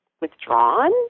withdrawn